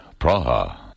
Praha